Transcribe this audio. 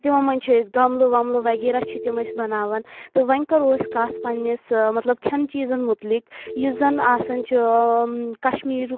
تمو منٛز چھِ أسۍ گملہٕ وملہٕ وغیرہ چھِ تم أسۍ بناوان تہٕ وۄنۍ کرو أسۍ کتھ پننِس مطلب کھیٚن چیٖزن مُتعلق یُس زن آسان چھُ کٔشمیرُک